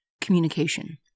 communication